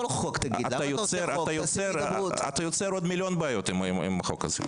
על כל חוק תגיד --- אתה יוצר עוד מיליון בעיות עם החוק הזה.